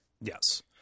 Yes